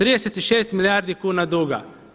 36 milijardi kuna duga.